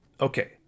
Okay